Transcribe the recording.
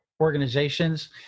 organizations